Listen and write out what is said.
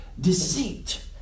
deceit